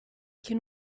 can